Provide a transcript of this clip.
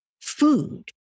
food